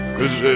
Cause